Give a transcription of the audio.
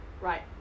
Right